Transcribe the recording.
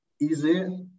easy